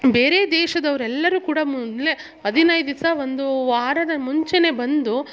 ಬೇರೆ ದೇಶದವ್ರು ಎಲ್ಲರು ಕೂಡ ಮೊದಲೇ ಹದಿನೈದು ದಿವಸ ಒಂದು ವಾರದ ಮುಂಚೆನೆ ಬಂದು